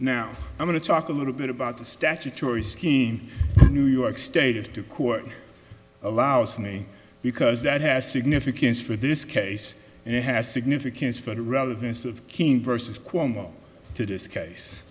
now i'm going to talk a little bit about the statutory scheme new york state to court allows me because that has significance for this case and it has significance for the relevance of king versus cuomo to this case